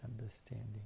understanding